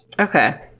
okay